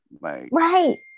Right